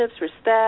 respect